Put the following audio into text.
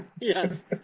Yes